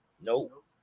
Nope